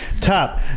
top